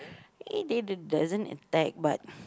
they the doesn't attack but